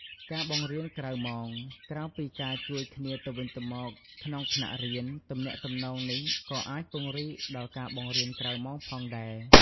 ការបង្រៀនក្រៅម៉ោង ក្រៅពីការជួយគ្នាទៅវិញទៅមកក្នុងថ្នាក់រៀន ទំនាក់ទំនងនេះក៏អាចពង្រីកដល់ការបង្រៀនក្រៅម៉ោងផងដែរ